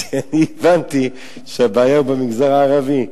אני הבנתי שהבעיה היא במגזר הערבי,